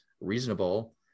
reasonable